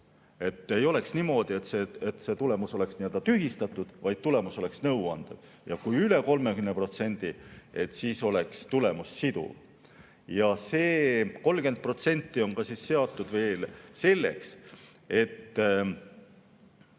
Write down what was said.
Ei oleks niimoodi, et see tulemus oleks tühistatud, vaid tulemus oleks nõuandev, ja kui üle 30%, siis oleks tulemus siduv. Ja see 30% on seatud veel selleks, see